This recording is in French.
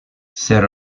zéro